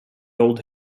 old